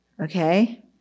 Okay